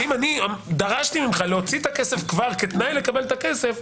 שאם דרשתי ממך להוציא את הכסף כתנאי לקבל את הכסף,